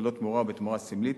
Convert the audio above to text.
ללא תמורה או בתמורה סמלית,